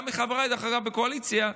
גם מחבריי, דרך אגב, בקואליציה,